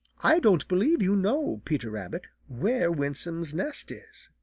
i don't believe you know, peter rabbit, where winsome's nest is.